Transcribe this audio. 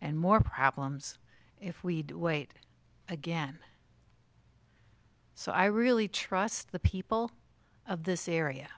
and more problems if we'd wait again so i really trust the people of this area